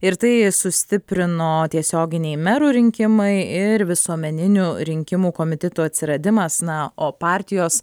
ir tai sustiprino tiesioginiai merų rinkimai ir visuomeninių rinkimų komitetų atsiradimas na o partijos